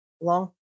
long